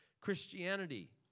Christianity